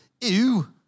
Ew